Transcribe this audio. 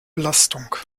belastung